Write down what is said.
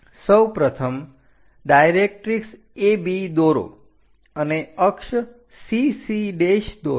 સૌપ્રથમ directrix AB દોરો અને અક્ષ CC દોરો